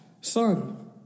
son